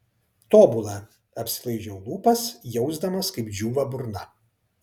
tobula apsilaižau lūpas jausdamas kaip džiūva burna